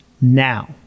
now